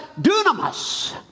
dunamis